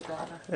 תודה רבה.